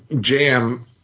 jam